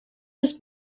was